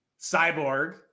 Cyborg